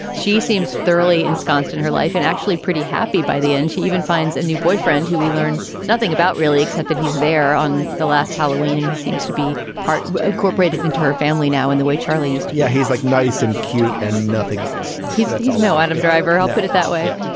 she seems thoroughly ensconced in her life and actually pretty happy. by the end. she even finds a new boyfriend who we learn nothing about really, except that he's there on the last halloween and he seems to be part of corporate it into her family now. and the way charlie's yeah, he's like nice and cute and nothing else he's no adam driver, i'll put it that way.